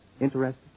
Interested